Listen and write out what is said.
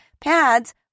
pads